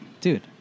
dude